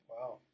Wow